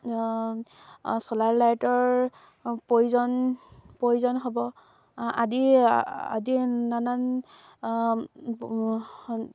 solar লাইটৰ প্ৰয়োজন প্ৰয়োজন হ'ব আদি আদি নানান